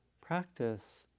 practice